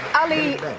Ali